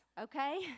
okay